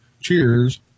Cheers